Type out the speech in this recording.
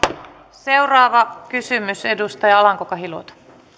seuraava kysymys edustaja alanko kahiluoto